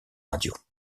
radios